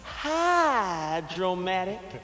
hydromatic